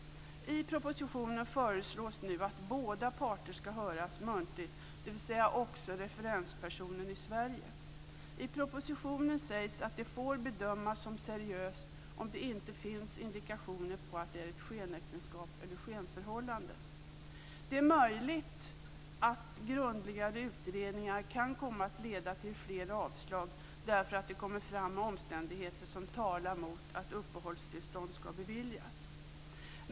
I propositionen föreslås nu att båda parter ska höras muntligt, dvs. också referenspersonen i Sverige. I propositionen sägs att det får bedömas som seriöst om det inte finns indikationer på att det är ett skenäktenskap eller skenförhållande. Det är möjligt att grundligare utredningar kan komma att leda till fler avslag därför att det har kommit fram omständigheter som talar mot att uppehållstillstånd ska beviljas.